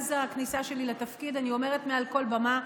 ומאז הכניסה שלי לתפקיד אני אומרת מעל כל במה,